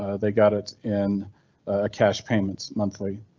ah they got it in a cash payments monthly.